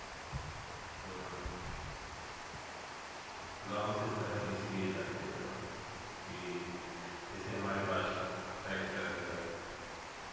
गाँव से शहर इसलिए जाते हैं कि जैसे हमारे पास ट्रैक्टर है